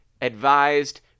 advised